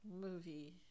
movie